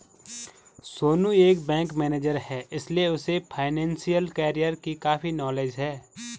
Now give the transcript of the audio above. सोनू एक bank manager है इसीलिए उसे फाइनेंशियल कैरियर की काफी नॉलेज है